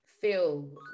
feel